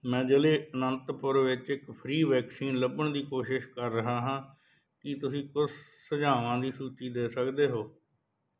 ਮੈਂ ਜ਼ਿਲ੍ਹੇ ਅਨੰਤਪੁਰ ਵਿੱਚ ਇੱਕ ਫ੍ਰੀ ਵੈਕਸੀਨ ਲੱਭਣ ਦੀ ਕੋਸ਼ਿਸ਼ ਕਰ ਰਿਹਾ ਹਾਂ ਕੀ ਤੁਸੀਂ ਕੁਝ ਸੁਝਾਵਾਂ ਦੀ ਸੂਚੀ ਦੇ ਸਕਦੇ ਹੋ